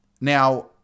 Now